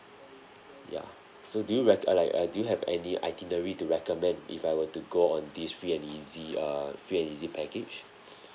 ya so do you re~ uh like uh do you have any itinerary to recommend if I were to go on this free and easy err free and easy package